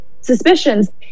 suspicions